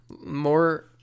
more